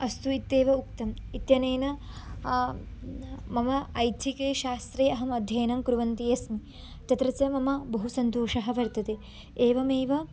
अस्तु इत्येव उक्तम् इत्यनेन मम ऐच्छिके शास्त्रे अहमध्ययनं कुर्वन्ती अस्मि तत्र च मम बहु सन्तोषः वर्तते एवमेव